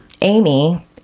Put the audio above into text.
Amy